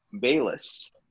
Bayless